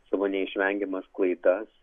savo neišvengiamas klaidas